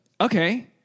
Okay